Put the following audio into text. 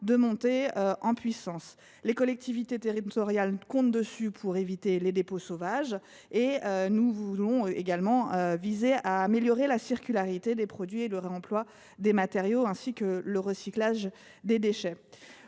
de monter en puissance. Les collectivités territoriales comptent sur elle pour éviter les dépôts sauvages. Le but est également d’améliorer la circularité des produits, le réemploi des matériaux et le recyclage des déchets.